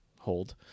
hold